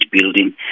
building